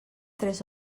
tres